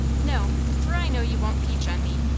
no for i know you won't peach on me.